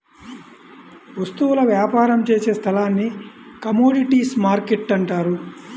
వస్తువుల వ్యాపారం చేసే స్థలాన్ని కమోడీటీస్ మార్కెట్టు అంటారు